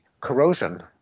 corrosion